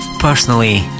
Personally